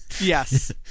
Yes